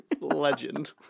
legend